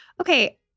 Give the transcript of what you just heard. Okay